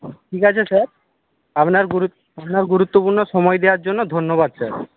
ঠিক আছে স্যার আপনার গুরুত্বপূর্ণ সময় দেওয়ার জন্য ধন্যবাদ স্যার